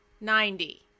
Ninety